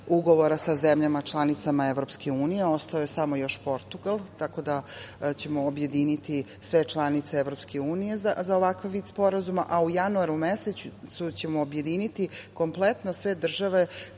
ugovora sa zemljama članicama EU, ostao je još samo Portugal, tako da ćemo objediniti sve članice EU za ovakav vid sporazuma, a u januaru mesecu ćemo objediniti kompletno sve države